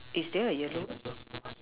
is there a yellow girl